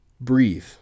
Breathe